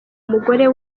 umugore